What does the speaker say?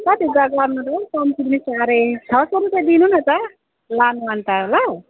कति कम्ती पनि साह्रै छ सय रुपियाँ दिनु नि त लानु अन्त ल